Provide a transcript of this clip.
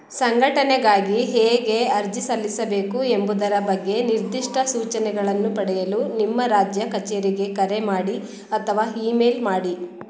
ಸಂಘಟನೆಗಾಗಿ ಹೇಗೆ ಅರ್ಜಿ ಸಲ್ಲಿಸಬೇಕು ಎಂಬುದರ ಬಗ್ಗೆ ನಿರ್ದಿಷ್ಟ ಸೂಚನೆಗಳನ್ನು ಪಡೆಯಲು ನಿಮ್ಮ ರಾಜ್ಯ ಕಚೇರಿಗೆ ಕರೆ ಮಾಡಿ ಅಥವಾ ಹಿ ಮೇಲ್ ಮಾಡಿ